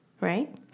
right